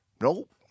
Nope